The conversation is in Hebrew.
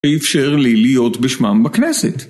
ואפשר לי להיות בשמם בכנסת?